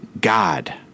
God